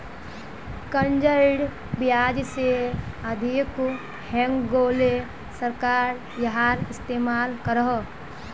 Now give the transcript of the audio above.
कर्जेर ब्याज से अधिक हैन्गेले सरकार याहार इस्तेमाल करोह